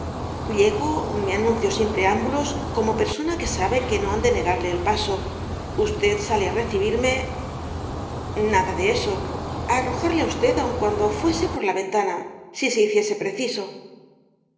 llego me anuncio sin preámbulos como persona que sabe no han de negarle el paso usted sale á recibirme nada de eso á arrojarle á usted aun cuando fuese por la ventana si se hiciese preciso